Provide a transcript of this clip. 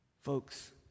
Folks